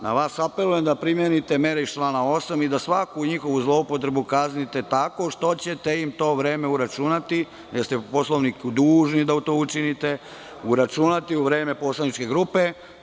Na vas apelujem da primenite mere iz stava 8. i da svaku njihovu zloupotrebu kaznite tako što ćete im to vreme uračunati jer ste po Poslovniku dužni da to učinite, uračunati u vreme poslaničke grupe.